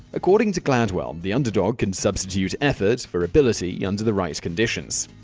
according to gladwell, the underdog can substitute effort for ability under the right conditions.